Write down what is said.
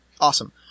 awesome